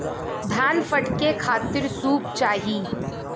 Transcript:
धान फटके खातिर सूप चाही